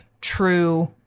true